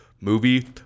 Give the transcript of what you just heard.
movie